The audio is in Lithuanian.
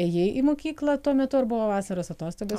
ėjai į mokyklą tuo metu ar buvo vasaros atostogos